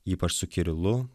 ypač su kirilu